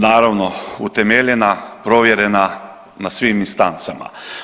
Naravno utemeljena, provjerena na svim instancama.